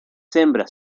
hembras